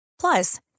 Plus